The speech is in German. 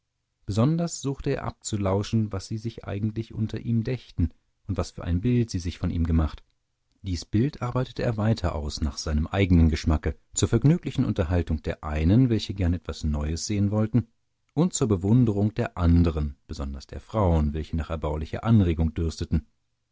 besonders suchte er abzulauschen was sie sich eigentlich unter ihm dächten und was für ein bild sie sich von ihm gemacht dies bild arbeitete er weiter aus nach seinem eigenen geschmacke zur vergnüglichen unterhaltung der einen welche gern etwas neues sehen wollten und zur bewunderung der anderen besonders der frauen welche nach erbaulicher anregung dürsteten